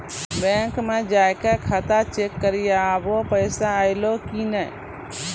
bank मे जाय के खाता चेक करी आभो पैसा अयलौं कि नै